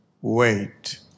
wait